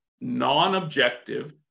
non-objective